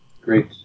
great